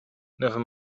never